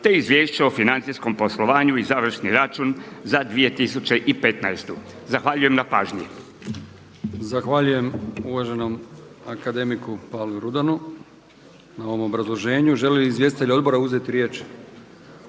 te Izvješće o financijskom poslovanju i završni račun za 2015. Zahvaljujem na pažnji. **Brkić, Milijan (HDZ)** Zahvaljujem uvaženom akademiku Pavlu Rudanu na ovom obrazloženju. Žele li izvjestitelji odbora uzet riječ?